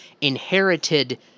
inherited